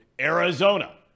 Arizona